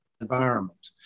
environment